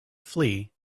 flee